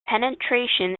penetration